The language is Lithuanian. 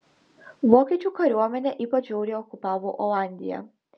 vokiečių kariuomenė ypač žiauriai okupavo olandiją